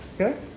okay